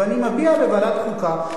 ואני מביע בוועדת חוקה,